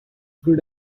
good